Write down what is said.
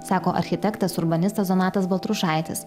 sako architektas urbanistas donatas baltrušaitis